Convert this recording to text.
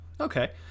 okay